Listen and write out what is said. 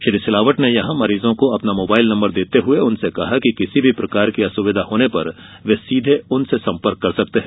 श्री सिलावट ने यहां मरीजों को अपना मोबाइल नम्बर देते हुये उनसे कहा कि किसी भी प्रकार की असुविधा होने पर वे सीधे उनसे संपर्क कर सकते है